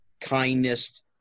kindness